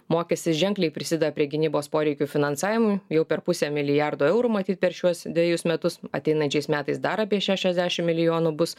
mokestis ženkliai prisideda prie gynybos poreikių finansavimui jau per pusę milijardo eurų matyt per šiuos dvejus metus ateinančiais metais dar apie šešiasdešim milijonų bus